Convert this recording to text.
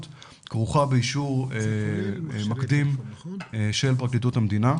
כרוכה באישור מקדים של פרקליטות המדינה.